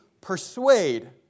persuade